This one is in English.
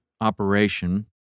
operation